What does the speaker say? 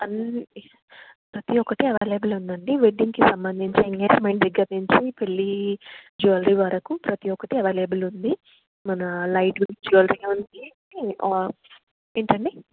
అన్నీ ప్రతి ఒక్కటి అవైలబుల్ ఉంది అండి వెడ్డింగ్కి సంబంధించి ఎంగేజిమెంట్ దగ్గర నుంచి పెళ్ళి జ్యూవెల్లరీ వరకు ప్రతి ఒక్కటి అవైలబుల్ ఉంది మన లైట్వైట్ జ్యూవెల్లరీ ఉంది ఏంటండి